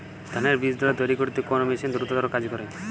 ধানের বীজতলা তৈরি করতে কোন মেশিন দ্রুততর কাজ করে?